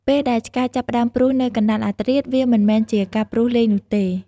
ពេលដែលឆ្កែចាប់ផ្តើមព្រុសនៅកណ្តាលអធ្រាត្រ វាមិនមែនជាការព្រុសលេងនោះទេ។